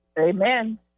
Amen